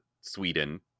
Sweden